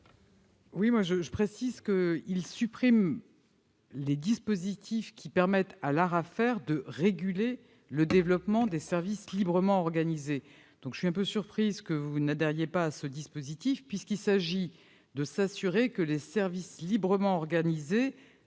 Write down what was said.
amendement vise à supprimer les dispositifs qui permettent à l'ARAFER de réguler le développement des services librement organisés. Je suis donc un peu surprise que vous n'adhériez pas à ces dispositifs qui permettent de s'assurer que les services librement organisés